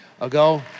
ago